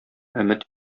өмет